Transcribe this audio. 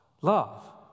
Love